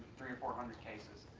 three of four hundred cases,